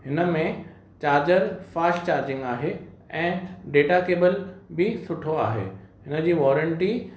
हिन में charger fast charging आहे ऐं डेटा केबल बि सुठो आहे हिन जी वॉरैंटी